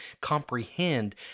comprehend